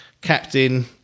captain